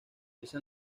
esa